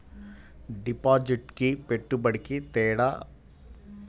డిపాజిట్కి పెట్టుబడికి తేడా?